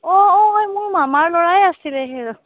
অ অ হয় মোৰ মামাৰ ল'ৰাই আছিলে সেইজন